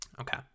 Okay